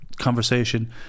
conversation